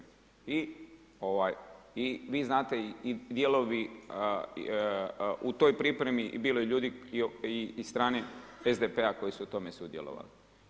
I vi znate i dijelovi u toj pripremi, bilo je i ljudi i od strane SDP-a koji su u tome sudjelovali.